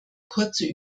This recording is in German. kurze